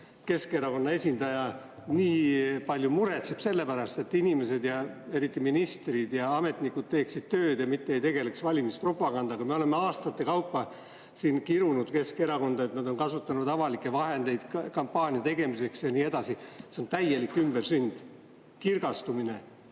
Keskerakonna esindaja nii palju muretseb selle pärast, et inimesed – eriti ministrid ja ametnikud – teeksid tööd, mitte ei tegeleks valimispropagandaga. Me oleme aastate kaupa kirunud Keskerakonda, et nad on kasutanud kampaania tegemiseks avalikke vahendeid ja nii edasi. See on täielik ümbersünd! Kirgastumine!